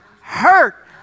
hurt